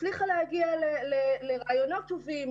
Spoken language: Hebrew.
הצליחה להגיע לרעיונות טובים,